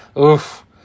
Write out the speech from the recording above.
Oof